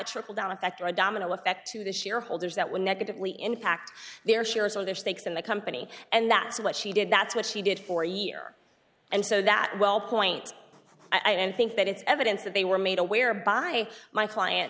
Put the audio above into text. trickle down effect or a domino effect to the shareholders that would negatively impact their shares or their stakes in the company and that's what she did that's what she did for a year and so that wellpoint i don't think that it's evidence that they were made aware by my client